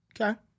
okay